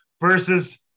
versus